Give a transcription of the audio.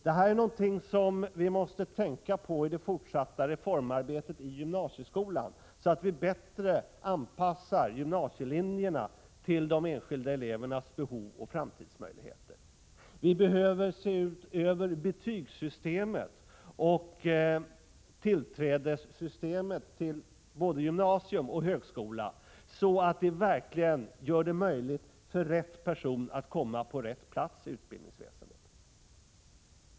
Detta är någonting som vi måste tänka på i det fortsatta reformarbetet i gymnasieskolan, så att vi bättre anpassar gymnasielinjerna till de enskilda elevernas behov och framtidsmöjligheter. Vi behöver se över betygssystemet och tillträdessystemet till både gymnasieskolan och högskolan, så att vi verkligen gör det möjligt för rätt person att komma till rätt plats i utbildningsväsendet.